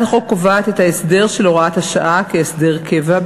החוק קובעת את ההסדר של הוראת השעה כהסדר קבע,